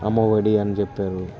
అమ్మవడి అని చెప్పారు